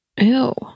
Ew